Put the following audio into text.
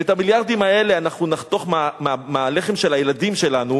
ואת המיליארדים האלה אנחנו נחתוך מהלחם של הילדים שלנו